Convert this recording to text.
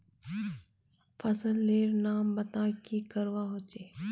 फसल लेर नाम बता की करवा होचे?